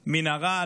מנהרה,